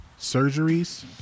surgeries